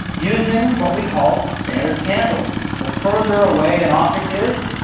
using what we call standard candles, the further away an object is,